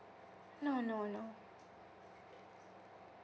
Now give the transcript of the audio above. no no no